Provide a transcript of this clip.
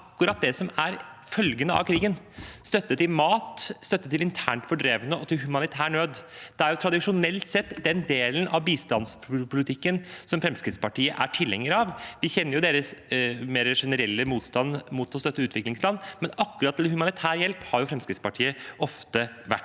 akkurat det som er følgene av krigen – støtte til mat, til internt fordrevne og humanitær hjelp. Det er tradisjonelt sett den delen av bistandspolitikken Fremskrittspartiet er tilhenger av. Vi kjenner deres mer generelle motstand mot å støtte utviklingsland, men akkurat når det gjelder humanitær hjelp, har Fremskrittspartiet ofte vært